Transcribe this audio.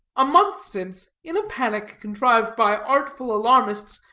a month since, in a panic contrived by artful alarmists,